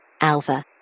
Alpha